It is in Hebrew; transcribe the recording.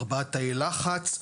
ארבעה תאי לחץ,